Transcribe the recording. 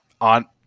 on